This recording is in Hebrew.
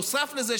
נוסף לזה,